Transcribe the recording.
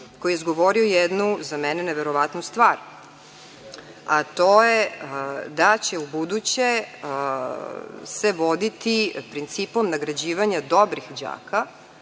koji je izgovorio jednu za mene neverovatnu stvar, a to je da će ubuduće se voditi principom nagrađivanja dobrih đaka